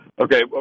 Okay